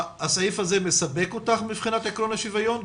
הסעיף הזה מספק אותך מבחינת עקרון השוויון?